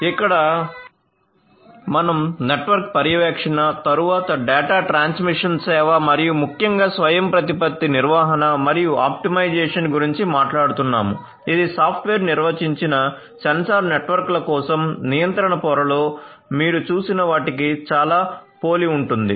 ఇక్కడ మనం నెట్వర్క్ పర్యవేక్షణ తరువాత డేటా ట్రాన్స్మిషన్ సేవ మరియు ముఖ్యంగా స్వయంప్రతిపత్తి నిర్వహణ మరియు ఆప్టిమైజేషన్ గురించి మాట్లాడుతున్నాము ఇది సాఫ్ట్వేర్ నిర్వచించిన సెన్సార్ నెట్వర్క్ల కోసం నియంత్రణ పొరలో మీరు చూసిన వాటికి చాలా పోలి ఉంటుంది